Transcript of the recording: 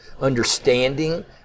understanding